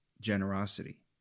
generosity